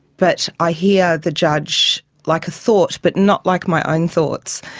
but i hear the judge like a thought but not like my own thoughts.